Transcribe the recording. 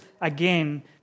again